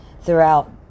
throughout